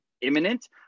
imminent